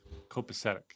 copacetic